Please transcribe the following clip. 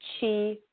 chi